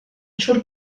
siŵr